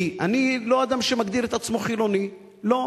כי אני לא אדם שמגדיר את עצמו חילוני, לא.